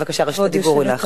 בבקשה, רשות הדיבור היא לך.